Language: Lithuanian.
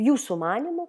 jūsų manymu